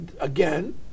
again